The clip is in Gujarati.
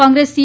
કોંગ્રેસ સી